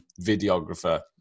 videographer